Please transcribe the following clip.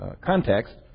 context